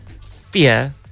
fear